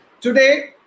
Today